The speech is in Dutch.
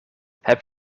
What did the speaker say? heb